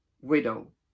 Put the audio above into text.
widow